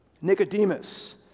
Nicodemus